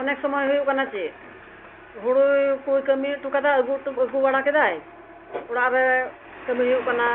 ᱚᱱᱮᱠ ᱥᱚᱢᱚᱭ ᱦᱩᱭᱩᱜ ᱠᱟᱱᱟ ᱪᱮᱫ ᱦᱩᱲᱩ ᱠᱚ ᱠᱟᱹᱢᱤ ᱦᱚᱴᱚ ᱠᱟᱫᱟ ᱟᱹᱜᱩ ᱵᱟᱲᱟ ᱠᱮᱫᱟᱭ ᱚᱲᱟᱜᱨᱮ ᱠᱟᱹᱢᱤ ᱦᱩᱭᱩᱜ ᱠᱟᱱᱟ